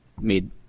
made